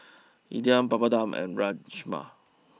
Idili Papadum and Rajma